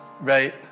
Right